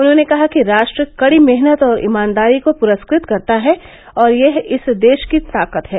उन्होंने कहा कि राष्ट्र कड़ी मेहनत और ईमानदारी को पुरस्कृत करता है और यह इस देश की ताकत है